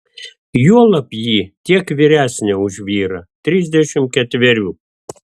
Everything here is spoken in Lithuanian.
juolab ji tiek vyresnė už vyrą trisdešimt ketverių